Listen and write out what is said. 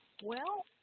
well